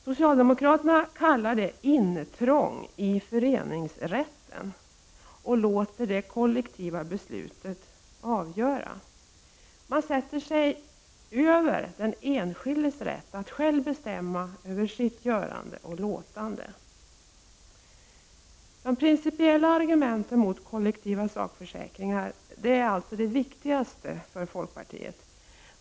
Socialdemokraterna kallar detta för intrång i föreningsrätten och låter det kollektiva beslutet avgöra. Man sätter sig över den enskildes rätt att själv bestämma över sitt görande och låtande. De principiella argumenten mot kollektiva sakförsäkringar är alltså de viktigaste för folkpartiet.